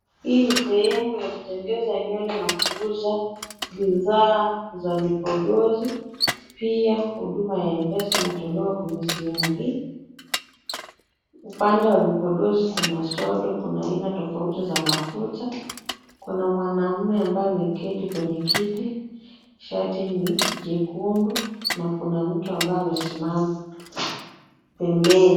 Hii ni sehemu ya kutengeza nywele na kuuza bidhaa za vipodozi, pia huduma ya m-pesa inatolewa kwenye sehemu hii. Upande wa vipodozi kuna sodo, kuna aina tofauti za mafuta, kuna mwanaume ambaye ameketi kwenye kiti, shati ni jekundu na kuna mtu ambaye amesimama pembeni.